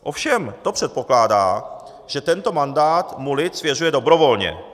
Ovšem to předpokládá, že tento mandát mu lid svěřuje dobrovolně.